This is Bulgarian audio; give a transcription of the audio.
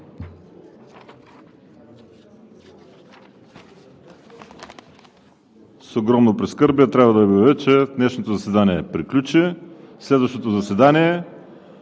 С огромно прискърбие трябва да Ви обявя, че днешното заседание приключи. Следващото заседание